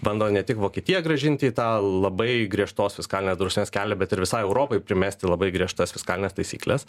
bando ne tik vokietiją grąžinti į tą labai griežtos fiskalinės drausmės kelią bet ir visai europai primesti labai griežtas fiskalines taisykles